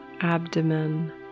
abdomen